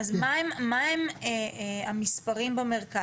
אז מה הם המספרים במרכז,